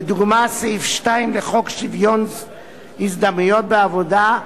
לדוגמה, סעיף 2 לחוק שוויון ההזדמנויות בעבודה,